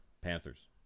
Panthers